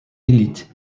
elite